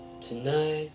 Tonight